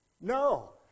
No